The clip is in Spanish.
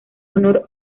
honor